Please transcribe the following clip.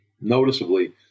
noticeably